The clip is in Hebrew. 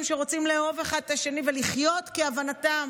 שרוצים לאהוב אחד את השני ולחיות כהבנתם?